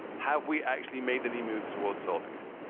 have we actually made any moves toward solving it?